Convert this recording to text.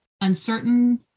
uncertain